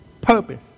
purpose